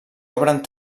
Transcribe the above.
obren